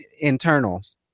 internals